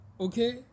okay